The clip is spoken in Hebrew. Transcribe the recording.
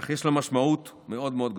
אך יש לו משמעות מאוד מאוד גדולה.